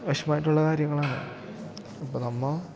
വിഷമായിട്ടുള്ള കാര്യങ്ങളാണ് ഇപ്പോള് നമ്മള്